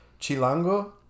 Chilango